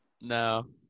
no